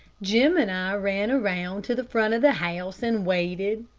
jim and i ran around to the front of the house and waited.